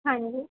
ਹਾਂਜੀ